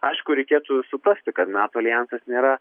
aišku reikėtų suprasti kad nato aljansas nėra